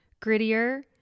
grittier